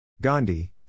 Gandhi